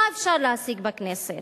מה אפשר להשיג בכנסת.